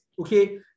okay